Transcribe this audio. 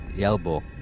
elbow